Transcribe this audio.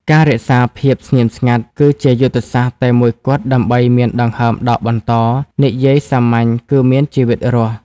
ការរក្សាភាពស្ងៀមស្ងាត់ គឺជាយុទ្ធសាស្ត្រតែមួយគត់ដើម្បីមានដង្ហើមដកបន្ត និយាយសាមញ្ញគឺមានជីវិតរស់។